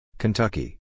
Kentucky